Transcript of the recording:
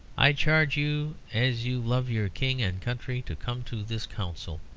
i charge you as you love your king and country to come to this council.